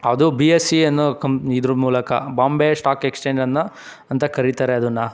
ಅದು B S C ಅನ್ನೋ company ಇದ್ರ ಮೂಲಕ ಬೊಂಬೆ ಸ್ಟಾಕ್ ಎಕ್ಸ್ಚೇಂಜನ್ನು ಅಂತ ಕರೀತಾರೆ ಅದನ್ನು